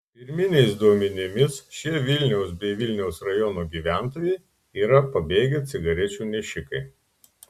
pirminiais duomenimis šie vilniaus bei vilniaus rajono gyventojai yra pabėgę cigarečių nešikai